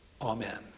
Amen